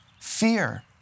Fear